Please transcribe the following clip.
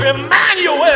Emmanuel